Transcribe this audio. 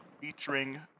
featuring